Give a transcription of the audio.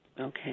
Okay